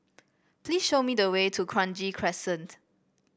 please show me the way to Kranji Crescent